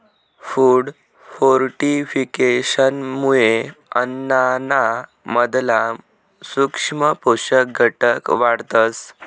food फोर्टिफिकेशनमुये अन्नाना मधला सूक्ष्म पोषक घटक वाढतस